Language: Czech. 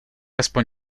aspoň